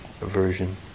aversion